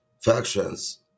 factions